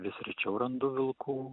vis rečiau randu vilkų